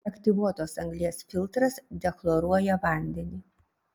aktyvuotos anglies filtras dechloruoja vandenį